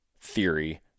theory